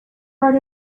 part